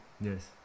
Yes